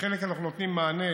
לחלק אנחנו נותנים מענה